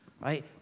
Right